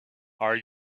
are